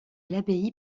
l’abbaye